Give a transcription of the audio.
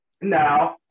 No